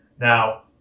now